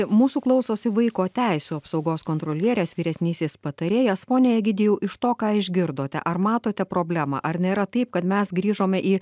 mūsų klausosi vaiko teisių apsaugos kontrolierės vyresnysis patarėjas pone egidijau iš to ką išgirdote ar matote problemą ar nėra taip kad mes grįžome į